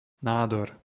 nádor